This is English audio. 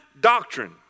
doctrine